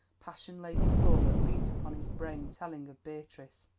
passion-laden thought that beat upon his brain telling of beatrice?